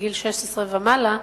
מגיל 16 ומעלה,